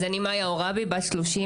שמי מאיה עוראבי בת 30,